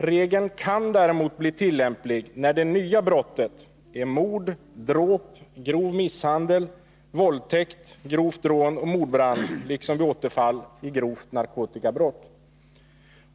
Regeln kan däremot bli tillämplig när det nya brottet är mord, dråp, grov misshandel, våldtäkt, grovt rån och mordbrand, liksom vid återfall i grovt narkotikabrott.